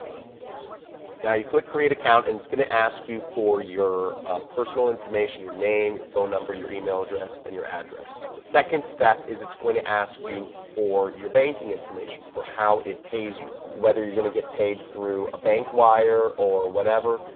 now you click create account and it's gonna ask you for your personal information, your name, your phone number, your email address and your address. the second step is it's going to ask you for your banking information for how it pays you whether you're gonna get paid through a bank wire or whatever,